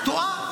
את טועה.